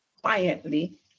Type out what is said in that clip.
quietly